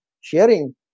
sharing